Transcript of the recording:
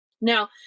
Now